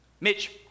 Mitch